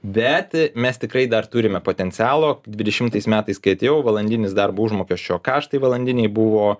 bet mes tikrai dar turime potencialo dvidešimtais metais kai atėjau valandinis darbo užmokesčio kaštai valandiniai buvo